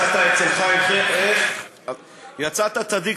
אצל חיים הכט יצאת צדיק,